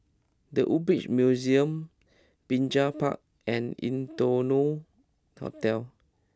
The Woodbridge Museum Binjai Park and Innotel Hotel